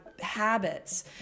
habits